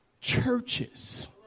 churches